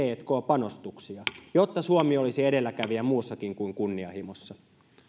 tk panostuksia jotta suomi olisi edelläkävijä muussakin kuin kunnianhimossa